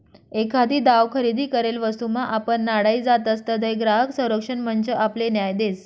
एखादी दाव खरेदी करेल वस्तूमा आपण नाडाई जातसं तधय ग्राहक संरक्षण मंच आपले न्याय देस